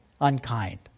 unkind